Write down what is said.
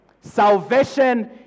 Salvation